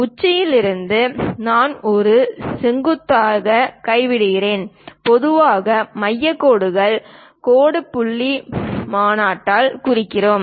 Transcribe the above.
உச்சியில் இருந்து நாம் ஒரு செங்குத்தாக கைவிடுகிறோம் பொதுவாக மைய கோடுகள் கோடு புள்ளி மாநாட்டால் குறிக்கிறோம்